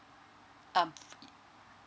um